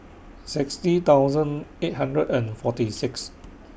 sixty thousand eight hundred and forty six